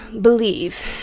believe